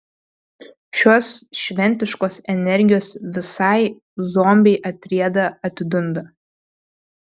šios šventiškos energijos visai zombiai atrieda atidunda